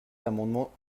l’amendement